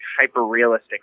hyper-realistic